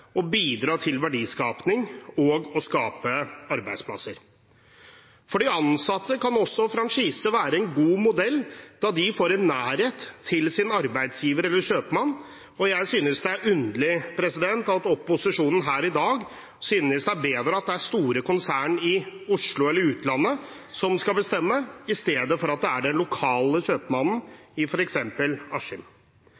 og bidra til verdiskaping og å skape arbeidsplasser. For de ansatte kan også franchise være en god modell, da de får en nærhet til sin arbeidsgiver eller kjøpmann. Og jeg synes det er underlig at opposisjonen her i dag synes det er bedre at det er store konsern i Oslo eller utlandet som skal bestemme, i stedet for at det er den lokale